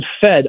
fed